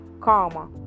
Karma